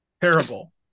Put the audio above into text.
Terrible